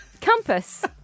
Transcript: compass